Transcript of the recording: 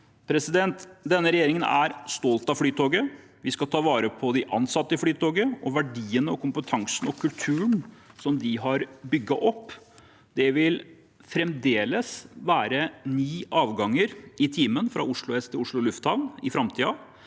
rushtiden. Denne regjeringen er stolt av Flytoget. Vi skal ta vare på de ansatte i Flytoget og verdiene, kompetansen og kulturen de har bygget opp. Det vil fremdeles være ni avganger i timen fra Oslo S til Oslo lufthavn i framtiden,